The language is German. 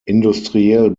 industriell